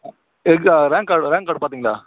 எதுக்கா rank card rank card பார்த்தீங்களா